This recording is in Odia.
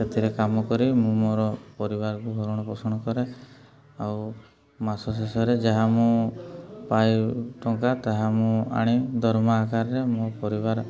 ସେଥିରେ କାମ କରି ମୁଁ ମୋର ପରିବାରକୁ ଭରଣ ପୋଷଣ କରେ ଆଉ ମାସ ଶେଷରେ ଯାହା ମୁଁ ପାଏ ଟଙ୍କା ତାହା ମୁଁ ଆଣି ଦରମା ଆକାରରେ ମୋ ପରିବାର